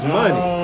money